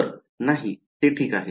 तर नाही ते ठीक आहे